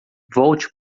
volte